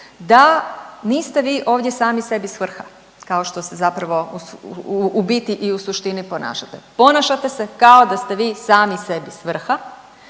da niste vi ovdje sami sebi svrha kao što se zapravo u biti i u suštini ponašate. Ponašate se kao da ste vi sami sebi svrha